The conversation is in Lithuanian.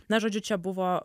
na žodžiu čia buvo